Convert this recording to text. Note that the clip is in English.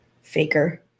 faker